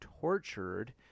tortured